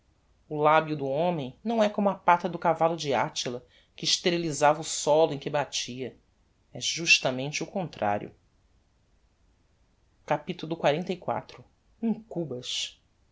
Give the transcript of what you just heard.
o labio do homem não é como a pata do cavallo de attila que esterilisava o solo em que batia é justamente o contrario capitulo xliv um cubas